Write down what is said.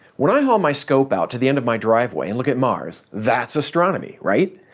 when i haul my scope out to the end of my driveway and look at mars, that's astronomy, right?